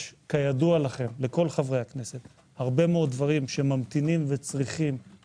כידוע לכל חברי הכנסת הרבה מאוד דברים שממתינים לטיפול,